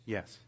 Yes